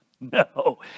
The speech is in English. no